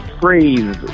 phrase